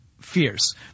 fierce